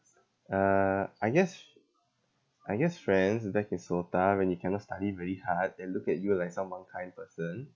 uh I guess I guess friends back in SOTA when you cannot study very hard they look at you like someone kind person